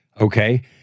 Okay